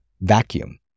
vacuum